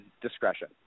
discretion